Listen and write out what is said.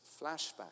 flashback